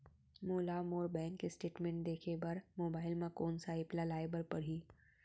मोला मोर bank statement देखे बर मोबाइल मा कोन सा एप ला लाए बर परही?